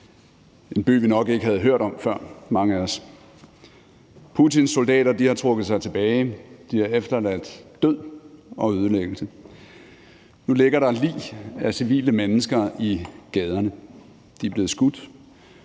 mange af os nok ikke havde hørt om før. Putins soldater har trukket sig tilbage, de har efterladt død og ødelæggelse. Nu ligger der lig af civile mennesker i gaderne. De er blevet skudt,